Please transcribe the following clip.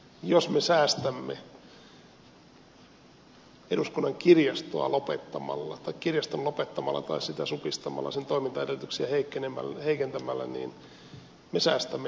jos me säästämme eduskunnan kirjaston lopettamalla tai sitä supistamalla sen toimintaedellytyksiä heikentämällä niin me säästämme demokratiasta